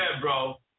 bro